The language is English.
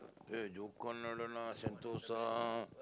eh ஜோக்கானஇடம்:jookkaana idam lah Sentosa